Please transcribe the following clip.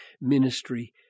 ministry